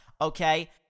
okay